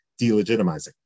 delegitimizing